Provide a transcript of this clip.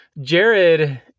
Jared